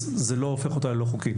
זה לא הופך אותה ללא חוקית.